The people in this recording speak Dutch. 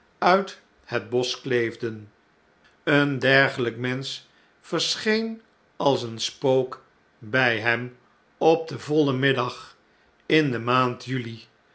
uit het bosch kleefden een dergelijk mensch verscheen als een spook by hem op den vollen middag in de maand juli